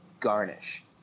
Garnish